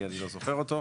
כי אני לא זוכר אותו,